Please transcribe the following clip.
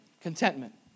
contentment